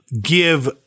give